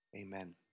amen